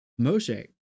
Moshe